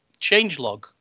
changelog